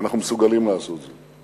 אנחנו מסוגלים לעשות זאת.